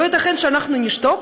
לא ייתכן שאנחנו נשתוק